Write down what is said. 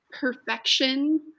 perfection